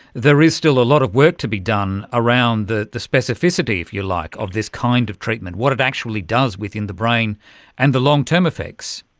there is still a lot of work to be done around the the specificity, if you like, of this kind of treatment, what it actually does within the brain and the long-term effects.